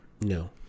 No